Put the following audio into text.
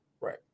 Right